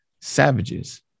savages